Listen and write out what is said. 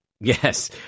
Yes